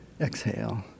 exhale